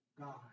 God